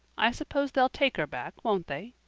i suppose they'll take her back, won't they?